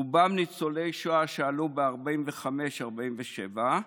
רובם ניצולי שואה שעלו ב-1945 1947,